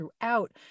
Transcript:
throughout